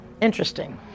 Interesting